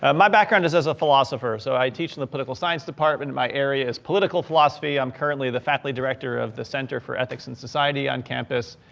um my background is as a philosopher. so i teach in the political science department, my area is political philosophy. i'm currently the faculty director of the center for ethics and society on campus.